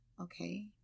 okay